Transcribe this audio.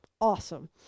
Awesome